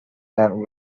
and